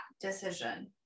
decision